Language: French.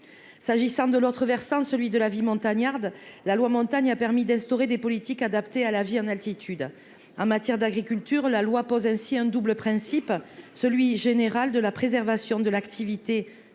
s'agissant de l'autre versant, celui de la vie montagnarde, la loi montagne a permis d'instaurer des politiques adaptées à la vie en altitude en matière d'agriculture, la loi pose ainsi un double principe celui général de la préservation de l'activité contre les